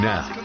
Now